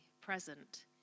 present